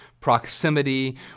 proximity